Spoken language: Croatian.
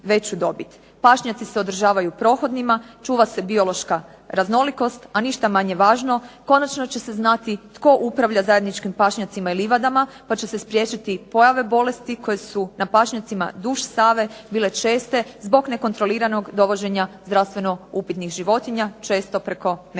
Pašnjaci se održavaju prohodnima, čuva se biološka raznolikost, a ništa manje važno konačno će se znati tko upravlja zajedničkim pašnjacima i livadama pa će se spriječiti pojave bolesti koje su na pašnjacima duž Save bile česte zbog nekontroliranog dovođenja zdravstveno upitnih životinja, često preko neke